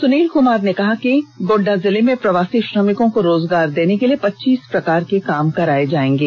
सुनील कुमार ने कहा है कि गोड़डा जिले में प्रवासी श्रमिकों को रोजगार देने के लिए पच्चीस प्रकार के काम कराये जायेंगे